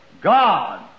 God